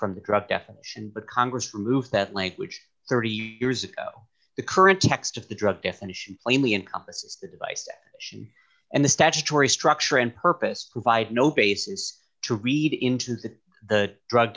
from the definition but congress removed that language thirty years ago the current text of the drug definition plainly encompasses the device and the statutory structure and purpose provide no basis to read into that the drug